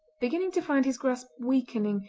beginning to find his grasp weakening,